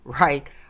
Right